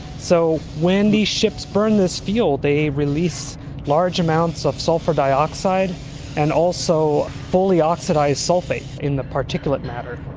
so when these ships burn this fuel they release large amounts of sulphur dioxide and also fully oxidised sulphate in the particulate matter,